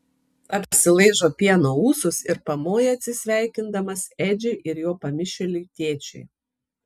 apsilaižo pieno ūsus ir pamoja atsisveikindamas edžiui ir jo pamišėliui tėčiui